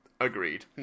Agreed